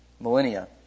Millennia